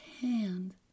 hand